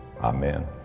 Amen